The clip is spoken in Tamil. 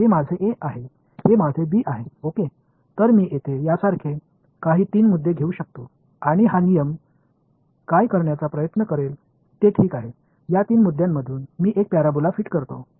எனவே இது போன்ற சில மூன்று புள்ளிகளை நான் இங்கே எடுக்க முடியும் இந்த விதி என்ன செய்ய முயற்சிக்கும் என்றால் இந்த மூன்று புள்ளிகளின் மூலம் எப்படியாவது ஒரு பரபோலா பொருத்துகிறேன்